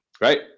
Right